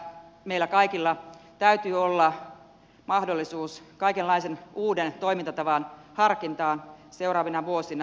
olen varma että meillä kaikilla täytyy olla mahdollisuus kaikenlaisen uuden toimintatavan harkintaan seuraavina vuosina